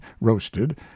roasted